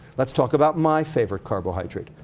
let's talk about my favorite carbohydrate,